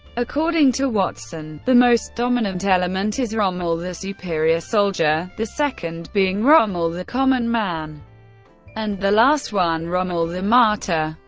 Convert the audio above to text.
according to watson, the most dominant element is rommel the superior soldier the second being rommel the common man and the last one rommel the martyr.